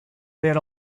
that